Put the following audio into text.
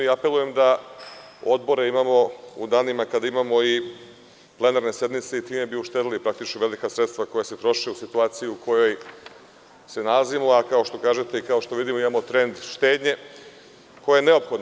Apelujem da odbore imamo u danima kada imamo i plenarnu sednicu jer bi time uštedeli praktično velika sredstva koja se troše u situaciji u kojoj se nalazimo, a kao što kažete i kao što vidimo, imamo trend štednje koja je neophodna.